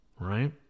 right